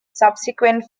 subsequent